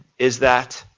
is that